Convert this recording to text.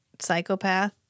psychopath